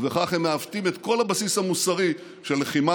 ובכך הם מעוותים את כל הבסיס המוסרי של לחימה